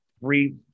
three